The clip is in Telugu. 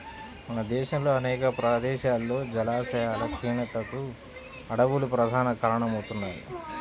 మన దేశంలో అనేక ప్రదేశాల్లో జలాశయాల క్షీణతకు అడవులు ప్రధాన కారణమవుతున్నాయి